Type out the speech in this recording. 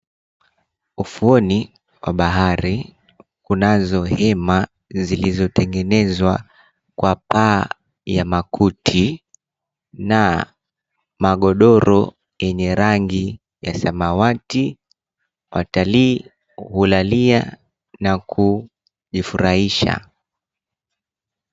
Ufuoni wa bahari kunazo hema zilizotengenezwa kwa paa ya makuti na magodoro yenye rangi ya samawati, watalii hulalia na kujifurahisha.